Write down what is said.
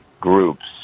groups